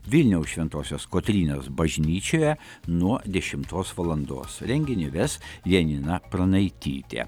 vilniaus šventosios kotrynos bažnyčioje nuo dešimtos valandos renginį ves janina pranaitytė